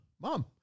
mom